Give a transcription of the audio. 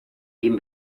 egin